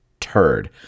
turd